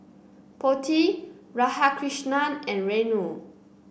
Potti Radhakrishnan and Renu